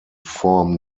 form